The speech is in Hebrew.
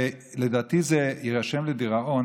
לדעתי, זה יירשם לדיראון.